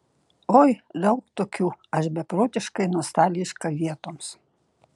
oi daug tokių aš beprotiškai nostalgiška vietoms